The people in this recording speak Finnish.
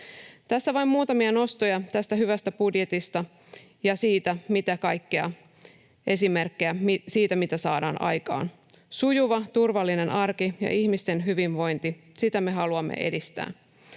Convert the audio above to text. Tässä vain muutamia nostoja tästä hyvästä budjetista ja esimerkkejä siitä, mitä kaikkea saadaan aikaan. Sujuva, turvallinen arki ja ihmisten hyvinvointi — niitä me haluamme edistää.